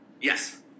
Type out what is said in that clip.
Yes